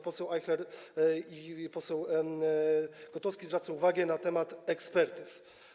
Poseł Ajchler i poseł Kotowski zwracali uwagę na temat ekspertyz.